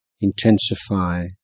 intensify